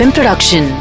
Production